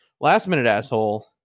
Last-Minute-Asshole